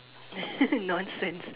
nonsense